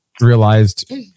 realized